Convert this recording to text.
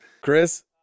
Chris